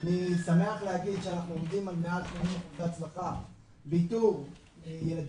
אני שמח להגיד שאנחנו עומדים על מעל 80% הצלחה לאיתור בהסתברות,